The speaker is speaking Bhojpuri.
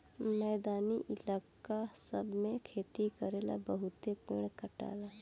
मैदानी इलाका सब मे खेती करेला बहुते पेड़ कटाला